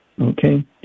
okay